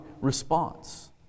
response